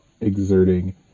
exerting